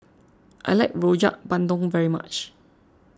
I like Rojak Bandung very much